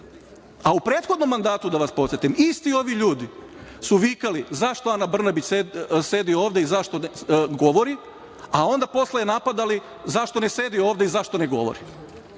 A u prethodnom mandatu da vas podsetim isti ovi ljudi su vikali zašto Ana Brnabić sedi ovde i zašto govori, a onda posle je napadali zašto ne sedi ovde i zašto ne govori,